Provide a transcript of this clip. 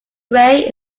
gray